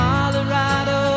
Colorado